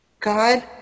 God